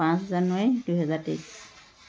পাঁচ জানুৱাৰী দুহেজাৰ তেইছ